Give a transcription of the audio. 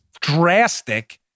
drastic